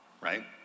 Right